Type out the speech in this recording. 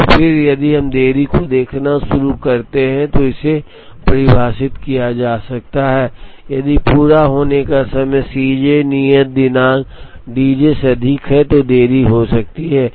और फिर यदि हम देरी को देखना शुरू करते हैं तो इसे परिभाषित किया जा सकता है यदि पूरा होने का समय C j नियत दिनांक D j से अधिक है तो देरी हो सकती है